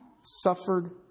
suffered